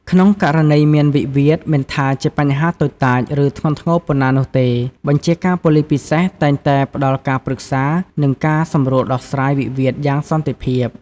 ក្នុងករណីមាន វិវាទ មិនថាជាបញ្ហាតូចតាច ឬធ្ងន់ធ្ងរប៉ុណ្ណានោះទេ បញ្ជាការប៉ូលិសពិសេសតែងតែ ផ្តល់ការប្រឹក្សា និងការសម្រួលដោះស្រាយវិវាទយ៉ាងសន្តិភាព។